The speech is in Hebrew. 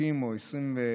30,000 או 20,000,